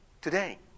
today